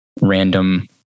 random